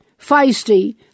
feisty